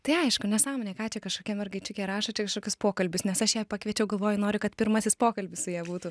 tai aišku nesąmonė ką čia kažkokia mergaičiukė rašo čia kažkokius pokalbius nes aš ją pakviečiau galvoju noriu kad pirmasis pokalbis su ja būtų